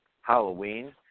Halloween